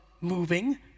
moving